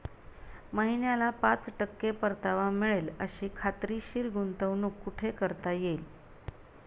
महिन्याला पाच टक्के परतावा मिळेल अशी खात्रीशीर गुंतवणूक कुठे करता येईल?